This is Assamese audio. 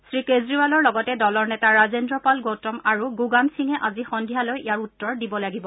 শ্ৰীকেজৰিৱালৰ লগতে দলৰ নেতা ৰাজেদ্ৰ পাল গৌতম আৰু গুগান সিঙে আজি সন্ধিয়ালৈ ইয়াৰ উত্তৰ দিব লাগিব